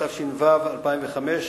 התש"ע 2010,